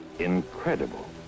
Incredible